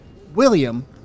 William